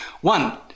One